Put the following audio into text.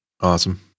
Awesome